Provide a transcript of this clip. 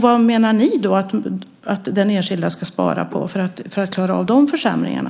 Vad menar ni att den enskilde ska spara på för att klara av de försämringarna?